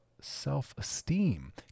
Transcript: self-esteem